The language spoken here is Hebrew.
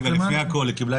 אני אשמח קודם כל לתת